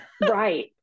Right